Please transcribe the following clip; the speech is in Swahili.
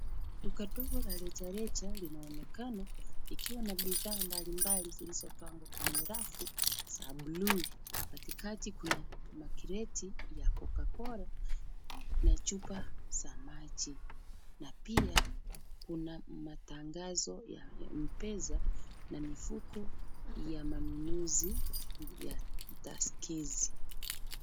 Duka dogo la rejareja linaonekana likiwa na bidhaa mbalimbali zilizopangwa kwenye rafu za bluu. Katikati kuna makreti ya Cocacola na chupa za maji na pia kuna matangazo ya M-Pesa na mifuko ya manunuzi ya Tuskys .